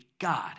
God